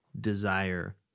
desire